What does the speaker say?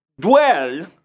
dwell